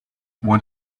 want